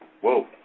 Whoa